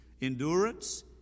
endurance